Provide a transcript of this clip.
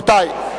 רבותי,